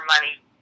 money